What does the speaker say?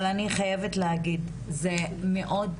אבל אני חייבת להגיד, זה מאוד